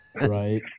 Right